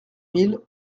mille